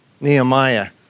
Nehemiah